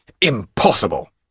Impossible